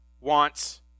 wants